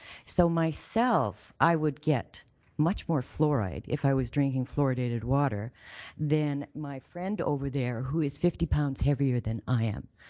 so myself, i would get much more fluoride if i was drinking floridated water than my friend over there who is fifty pounds heavier than i am,